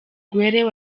guelleh